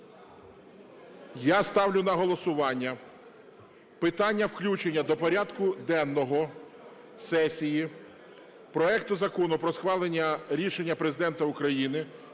Я ставлю на голосування питання включення до порядку денного сесії проекту Закону про схвалення рішення Президента України